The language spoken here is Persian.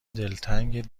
دلتنگ